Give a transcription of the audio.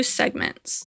segments